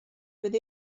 fydd